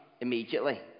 immediately